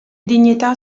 dignità